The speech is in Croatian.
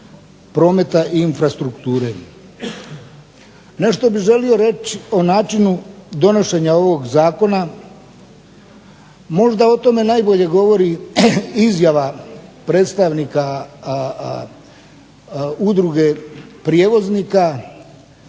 prometa i infrastrukture. Nešto bih želio reći o načinu donošenja ovog zakona. Možda o tome najbolje govori izjava predstavnika Udruge prijevoznika